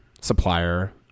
supplier